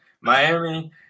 Miami